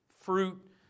fruit